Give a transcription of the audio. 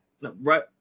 right